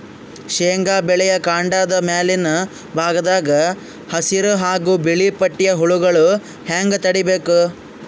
ಶೇಂಗಾ ಬೆಳೆಯ ಕಾಂಡದ ಮ್ಯಾಲಿನ ಭಾಗದಾಗ ಹಸಿರು ಹಾಗೂ ಬಿಳಿಪಟ್ಟಿಯ ಹುಳುಗಳು ಹ್ಯಾಂಗ್ ತಡೀಬೇಕು?